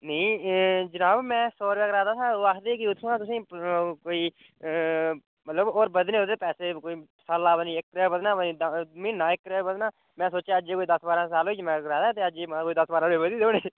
नेईं जनाब मैं सौ रपेआ कराए दा हा ओह् आखदे की उत्थोआं तुसें कोई मतलब होर बधने ओह्दे पैसे कोई सल्ला दा पता नि इक रपेआ बधना पता नि म्हीने दा इक रपेआ बधना मैं सोचेआ अजें कोई दस बारां साल होइयै में कराए दे ते अज्ज महां दस बारां रपेऽ बधी दे होने